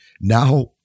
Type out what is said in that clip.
Now